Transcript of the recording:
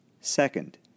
Second